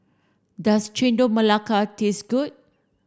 does Chendol Melaka taste good